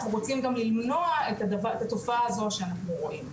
אנחנו רוצים למנוע את התופעה הזו שאנחנו רואים.